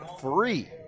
free